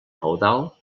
feudal